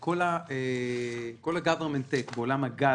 כל ה"גוורמנט טק" ועולם הגז,